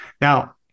Now